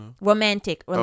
Romantic